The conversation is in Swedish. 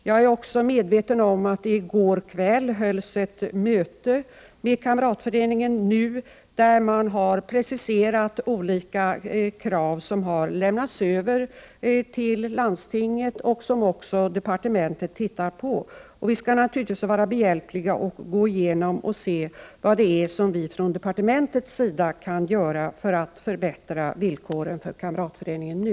Jag är också medveten om att det i går kväll hölls ett möte med kamratföreningen NU, då man preciserade olika krav. Dessa krav har i skriftlig form lämnats över till landstinget, och även socialdepartementet ser över dem. Vi på departementet skall naturligtvis vara,.behjälpliga och se vad vi kan göra för att förbättra villkoren för kamratföreningen NU.